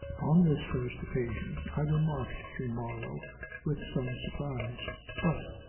on this first occasion i remarked to marlow with some surprise but,